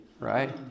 right